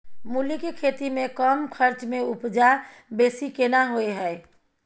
मूली के खेती में कम खर्च में उपजा बेसी केना होय है?